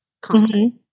content